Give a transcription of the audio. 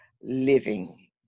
living